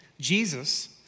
Jesus